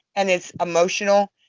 and it's emotional.